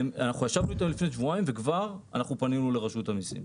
ישבנו איתם לפני שבועיים וכבר פנינו לרשות המיסים.